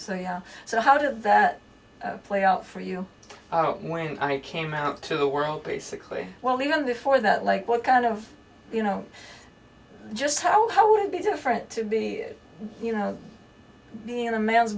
so yeah so how did that play out for you when i came out to the world basically well even before that like what kind of you know just how would it be different to be you know being in a man's